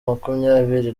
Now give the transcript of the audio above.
makumyabiri